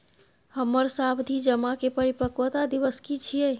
हमर सावधि जमा के परिपक्वता दिवस की छियै?